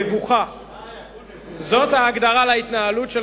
מבוכה די, אקוניס, תתבגר.